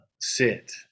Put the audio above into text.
sit